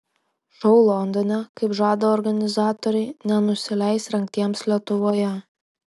šou londone kaip žada organizatoriai nenusileis rengtiems lietuvoje